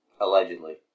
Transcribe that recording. Allegedly